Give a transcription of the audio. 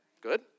Good